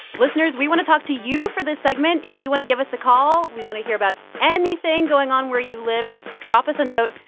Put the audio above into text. listeners, we want to talk to you for this segment. if you want to give us a call, we want to hear about anything going on where you live. just drop us a note.